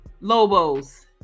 lobos